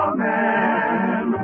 Amen